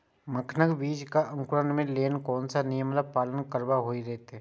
मखानक बीज़ क अंकुरन क लेल कोन नियम क पालन करब निक होयत अछि?